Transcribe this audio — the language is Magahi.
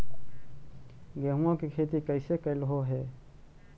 गेहूआ के खेती कैसे कैलहो हे?